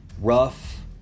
rough